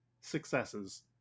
successes